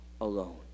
alone